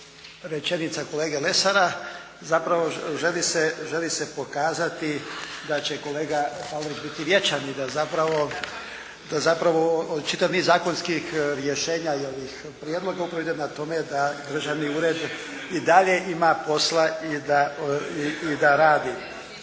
rečenica kolege Lesara, zapravo želi se pokazati da će kolega Palarić biti vječan i da zapravo čitav niz zakonskih rješenja i ovih prijedloga upravo ide na tome da državni ured i dalje ima posla i da radi.